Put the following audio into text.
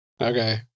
Okay